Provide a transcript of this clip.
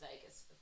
Vegas